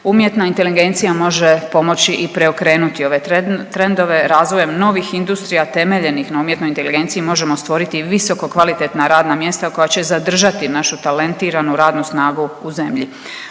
umjetna inteligencija može pomoći i preokrenuti ove trendove, razvojem novih industrija temeljenih na umjetnoj inteligenciji možemo stvoriti visokokvalitetna radna mjesta koja će zadržati našu talentiranu radnu snagu u zemlji,